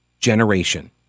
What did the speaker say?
generation